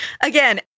again